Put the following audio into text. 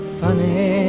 funny